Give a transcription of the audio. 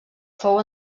fou